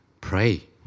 Pray